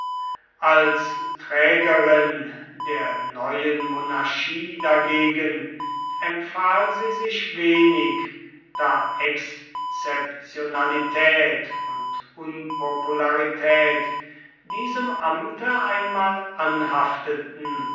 als trägerin der neuen monarchie dagegen empfahl sie sich wenig da exzeptionalität und unpopularität diesem amte einmal anhafteten